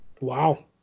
Wow